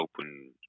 open